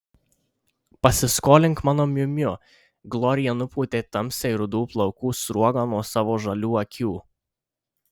pasiskolink mano miu miu glorija nupūtė tamsiai rudų plaukų sruogą nuo savo žalių akių